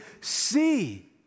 see